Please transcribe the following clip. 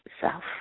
self